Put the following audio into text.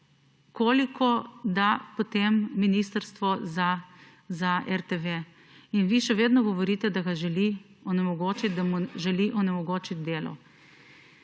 Koliko da potem ministrstvo za RTV? In vi še vedno govorite, da mu želi onemogočiti delo.